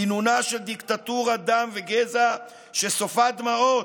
כינונה של דיקטטורת דם וגזע, שסופה דמעות,